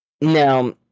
Now